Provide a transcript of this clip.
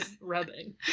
rubbing